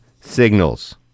signals